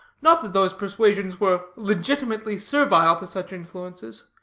not that those persuasions were legitimately servile to such influences.